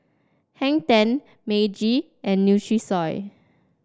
Hang Ten Meiji and Nutrisoy